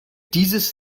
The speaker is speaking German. dieses